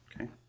Okay